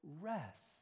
rest